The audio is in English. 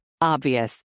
Obvious